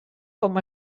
com